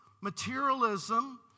materialism